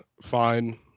fine